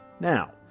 Now